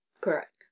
Correct